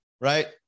right